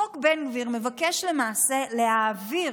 חוק בן גביר, מבקש למעשה להעביר